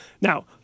Now